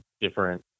different